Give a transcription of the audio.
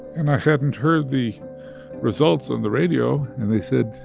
and i hadn't heard the results on the radio. and they said,